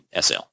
SL